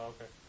Okay